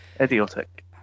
Idiotic